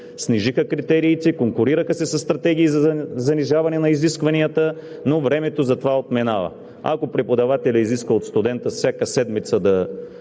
снижиха критериите, конкурираха се със стратегии за занижаване на изискванията, но времето за това отминава. Ако преподавателят изисква от студента всяка седмица да